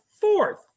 fourth